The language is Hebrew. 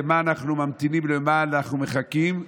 למה אנחנו ממתינים ולמה אנחנו מחכים.